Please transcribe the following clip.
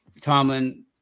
Tomlin